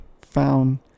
found